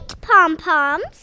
pom-poms